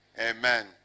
Amen